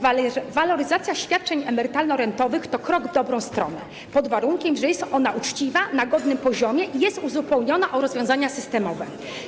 Waloryzacja świadczeń emerytalno-rentowych to krok w dobrą stronę, pod warunkiem że jest ona uczciwa, na godnym poziomie i jest uzupełniona o rozwiązania systemowe.